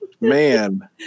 Man